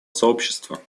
сообщества